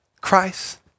Christ